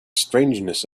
strangeness